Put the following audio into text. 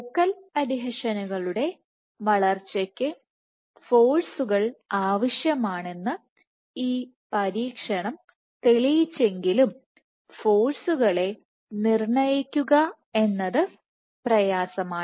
focal അഡ്ഹീഷനുകളുടെ വളർച്ചയ്ക്ക് ഫോഴ്സുകൾ ആവശ്യമാണെന്ന് ഈ പരീക്ഷണം തെളിയിച്ചെങ്കിലും ഫോഴ്സുകളെ നിർണ്ണയിക്കുക എന്നത് പ്രയാസമാണ്